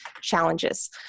challenges